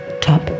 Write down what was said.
Top